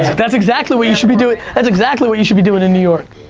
that's exactly what you should be doing. that's exactly what you should be doing in new york.